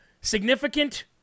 Significant